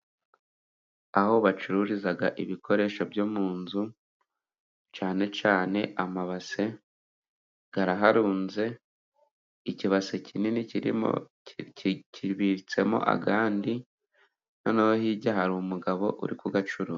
Aho bacururiza ibikoresho byo mu nzu cyane cyane amabase, araharunze. Ikibase kinini kirimo, kibitsemo ayandi, noneho hirya hari umugabo uri kuyacuruza.